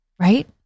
Right